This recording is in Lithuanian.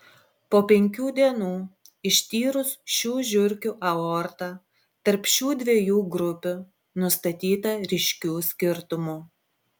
po penkių dienų ištyrus šių žiurkių aortą tarp šių dviejų grupių nustatyta ryškių skirtumų